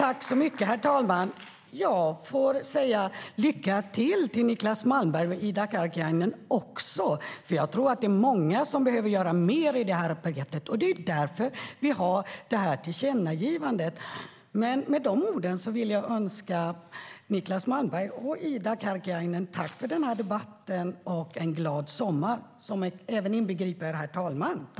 Herr talman! Jag vill till Niclas Malmberg och Ida Karkiainen säga lycka till. Det är många som behöver göra mer i det här arbetet. Det är därför som vi föreslår ett tillkännagivande. Med dessa ord vill jag tacka Niclas Malmberg och Ida Karkiainen för den här debatten och önska er en glad sommar. Det inbegriper även herr talmannen.